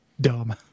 dumb